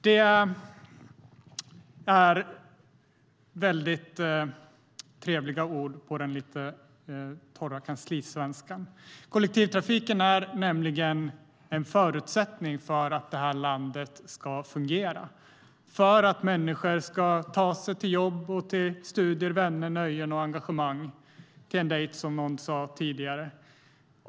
Det är väldigt trevliga ord på den lite torra kanslisvenskan. Kollektivtrafiken är nämligen en förutsättning för att det här landet ska fungera och för att människor ska kunna ta sig till jobb, till studier, till vänner, till nöjen, till engagemang och till en dejt, som någon sa tidigare.